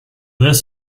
this